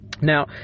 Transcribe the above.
Now